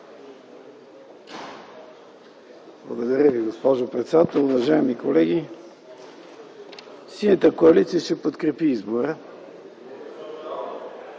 Благодаря Ви, госпожо председател. Уважаеми колеги, Синята коалиция ще подкрепи избора